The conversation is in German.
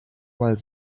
mal